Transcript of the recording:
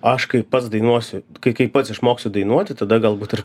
aš kai pats dainuosiu kai kai pats išmoksiu dainuoti tada galbūt ir